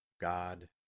God